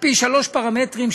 שלושה פרמטרים,